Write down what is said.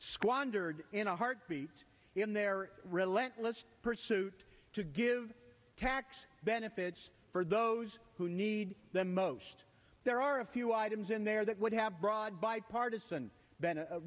squandered in a heartbeat in their relentless pursuit to give tax benefits for those who need them most there are a few items in there that would have broad bipartisan been